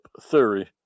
theory